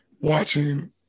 watching